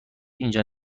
اینجا